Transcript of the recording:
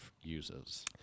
uses